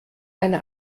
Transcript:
eine